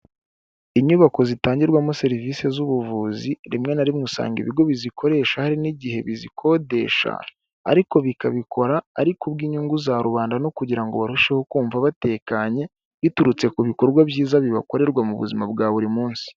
Inyubako zitangirwamo serivisi z'ubuvuzi, rimwe na rimwe usanga ibigo bizikoresha hari n'igihe bizikodesha ariko bikabikora ari kubw'inyungu za rubanda no kugira ngo barusheho kumva batekanye biturutse ku bikorwa byiza bibakorerwa mu buzima bwa buri munsi.